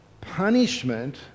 punishment